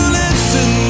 listen